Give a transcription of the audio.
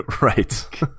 right